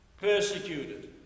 persecuted